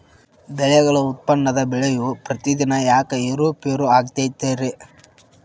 ಬೆಳೆಗಳ ಉತ್ಪನ್ನದ ಬೆಲೆಯು ಪ್ರತಿದಿನ ಯಾಕ ಏರು ಪೇರು ಆಗುತ್ತೈತರೇ?